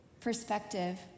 perspective